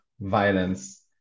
violence